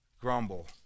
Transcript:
grumble